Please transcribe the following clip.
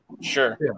Sure